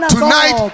Tonight